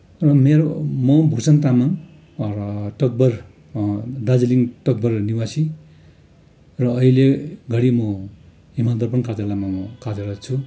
मेरो म भूषण तामाङ र तकभर दार्जिलिङ तकभर निवासी र अहिले घडी म हिमालय दर्पण कार्यालयमा म कार्यरत छु